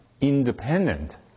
independent